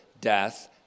death